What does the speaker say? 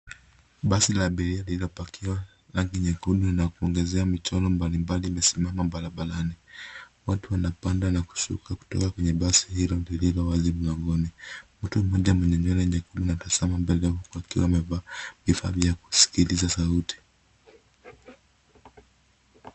Basi la abiria lilipakiwa rangi nyekundu na kuongezea michoro mbalimbali limesimama barabarani. Watu wanapanda na kushuka kutoka kwenye basi hilo lililowazi mlangoni. Mtu mmoja mwenye nywele nyekundu anatazama mbele huku akiwa amevaa vifaa vya kusikiliza sauti.